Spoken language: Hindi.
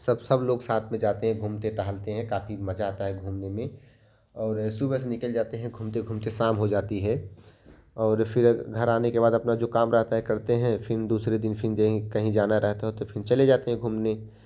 सब सब लोग साथ में जाते घूमते टहलते हैं काफ़ी मज़ा आता है घूमने में और सुबह से निकल जाते हैं घूमते घूमते शाम हो जाती है और फ़िर घर आने के बाद अपना जो काम रहता है करते हैं फ़िर दूसरे दिन फ़िर जेहीं कहीं जाना रहता है तो फ़िर चले जाते हैं घूमने